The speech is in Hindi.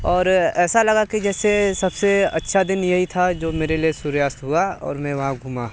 और ऐसा लगा कि जैसे सबसे अच्छा दिन यहीं था जो मेरे लिए सूर्यास्त हुआ और मैं वहाँ घूमा